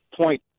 point